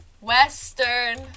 Western